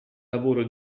lavoro